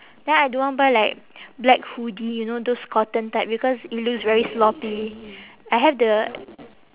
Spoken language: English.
then I don't want buy like black hoodie you know those cotton type because it looks very sloppy I have the